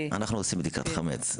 אנחנו עושים בדיקת חמץ.